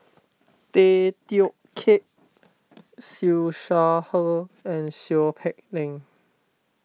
Tay Teow Kiat Siew Shaw Her and Seow Peck Leng